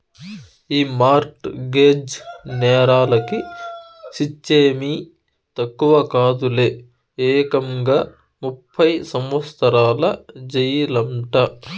ఈ mortgage నేరాలకి శిచ్చేమీ తక్కువ కాదులే, ఏకంగా ముప్పై సంవత్సరాల జెయిలంట